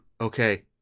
Okay